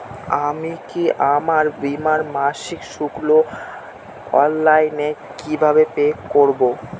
আমি কি আমার বীমার মাসিক শুল্ক অনলাইনে কিভাবে পে করব?